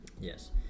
yes